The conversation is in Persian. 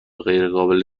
غیرقابل